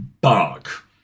Bark